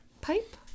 Pipe